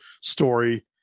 story